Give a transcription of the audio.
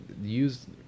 use